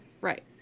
Right